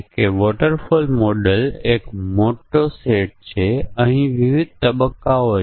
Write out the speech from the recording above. અને તે ઘરેલું ફ્લાઇટ છે કે નહીં તે બીજું ઇનપુટ પરિમાણ છે